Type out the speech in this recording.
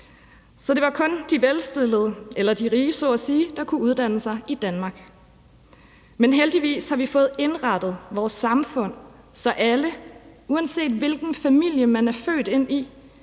Så det var kun de velstillede, eller de rige så at sige, der kunne uddanne sig i Danmark. Heldigvis har vi fået indrettet vores samfund, så alle, uanset hvilken familie man er født ind i,